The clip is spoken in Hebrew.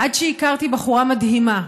עד שהכרתי בחורה מדהימה,